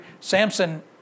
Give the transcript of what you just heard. Samson